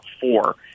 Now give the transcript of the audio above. four